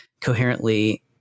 coherently